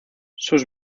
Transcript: sus